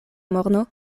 morno